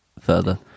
further